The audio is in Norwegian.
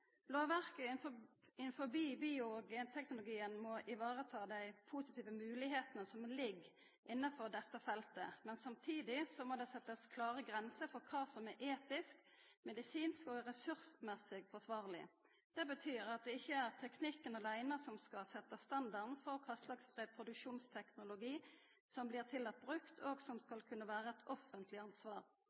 bio- og genteknologien må vareta dei positive moglegheitene som ligg innanfor dette feltet. Samtidig må ein setja klare grenser for kva som er etisk, medisinsk og ressursmessig forsvarleg. Det betyr at det ikkje er teknikken aleine som skal setja standarden for kva slags reproduksjonsteknologi som blir tillaten brukt, og som skal kunna vera eit offentleg ansvar.